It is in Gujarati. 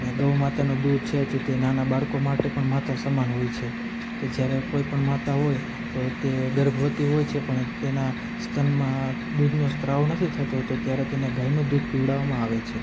ને ગૌમાતાનું દૂધ છે તો તે નાના બાળકો માટે પણ માતા સમાન હોય છે કે જ્યારે કોઈ પણ માતા હોય તો તે ગર્ભવતી હોય છે પણ તેના સ્તનમાં દૂધનો સ્રાવ નથી થતો તો ત્યારે તેને ગાયનું દૂધ પીવડાવવામાં આવે છે